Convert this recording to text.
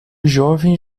jovem